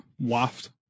Waft